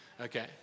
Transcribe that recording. Okay